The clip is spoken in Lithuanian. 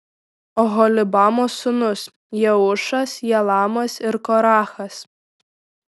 oholibamos sūnūs jeušas jalamas ir korachas